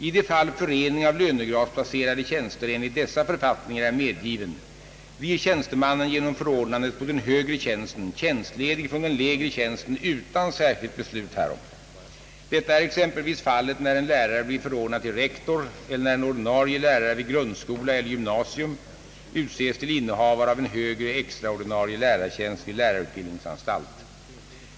I de fall förening av lönegradsplacerade tjänster enligt dessa författningar är medgiven blir tjänstemannen genom förordnandet på den högre tjänsten tjänstledig från den lägre tjänsten utan särskilt beslut härom. Detta är exempelvis fallet när en lärare blir förordnad till rektor eller när en ordinarie lärare vid grundskola eller gymnasium utses till innehavare av en högre extra ordinarie lärartjänst vid lärarutbildningsanstalt.